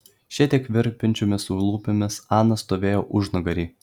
šiek tiek virpančiomis lūpomis ana stovėjo užnugary